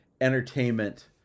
entertainment